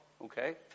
okay